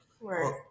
Right